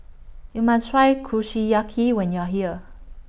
YOU must Try Kushiyaki when YOU Are here